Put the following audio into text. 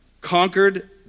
conquered